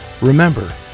Remember